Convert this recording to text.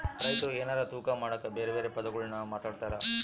ರೈತ್ರು ಎನಾರ ತೂಕ ಮಾಡಕ ಬೆರೆ ಬೆರೆ ಪದಗುಳ್ನ ಮಾತಾಡ್ತಾರಾ